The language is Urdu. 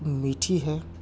میٹھی ہے